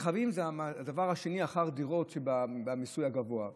רכבים זה הדבר השני אחרי דירות בגובה המיסוי,